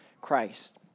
Christ